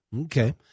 Okay